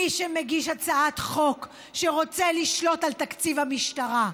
מי שמגיש הצעת חוק שרוצה לשלוט על תקציב המשטרה,